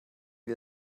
wir